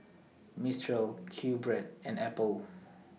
Mistral QBread and Apple